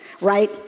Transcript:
right